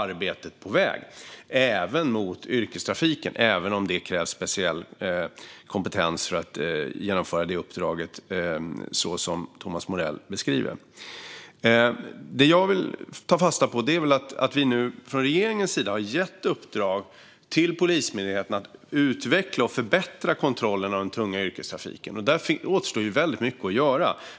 Det gäller också yrkestrafiken, även om det krävs speciell kompetens för att genomföra det uppdraget, som Thomas Morell beskriver. Det jag vill ta fasta på är att vi nu från regeringens sida har gett uppdrag till Polismyndigheten att utveckla och förbättra kontrollen av den tunga yrkestrafiken. Där återstår väldigt mycket att göra.